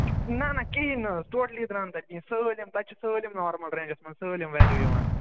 نہَ نہَ کِہیٖنٛۍ نہَ حظ ٹوٹلی درٛاو نہٕ تَتہِ کِہیٖنٛۍ نہٕ سٲلِم تَتہِ چھِ سٲلِم نارمَل رینجَس منٛز سٲلِم ویٚلیوٗ یِوان